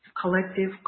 collective